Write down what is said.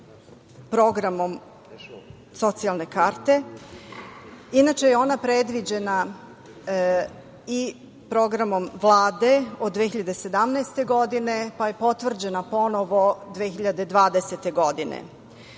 Programom socijalne karte. Inače, ona je predviđena i programom Vlade od 2017. godine, pa je potvrđena ponovo 2020. godine.U